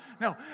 No